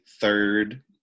third